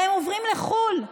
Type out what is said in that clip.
והם עוברים לחו"ל,